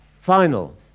final